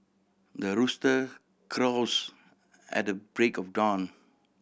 the rooster crows at the break of dawn